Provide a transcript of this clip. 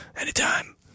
anytime